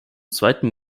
zweiten